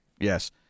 Yes